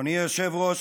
אדוני היושב-ראש,